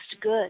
good